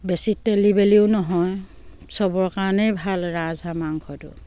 বেছি তেলি বেলিও নহয় চবৰ কাৰণেই ভাল ৰাজহাঁহ মাংসটো